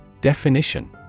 Definition